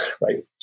right